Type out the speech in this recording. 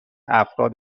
افراد